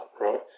right